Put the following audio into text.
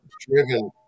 driven